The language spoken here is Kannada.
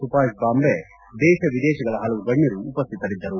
ಸುಭಾಷ್ ಬಾವ್ರೆ ದೇಶ ವಿದೇಶಗಳ ಹಲವು ಗಣ್ಣರು ಉಪಸ್ತಿತರಿದ್ದರು